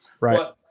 Right